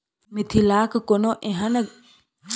मिथिलाक कोनो एहन गाम नहि होयत जतय बाँस नै होयत छै